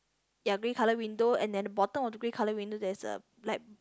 ya green window and then the bottom of the green colour window there's a black